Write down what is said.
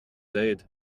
aides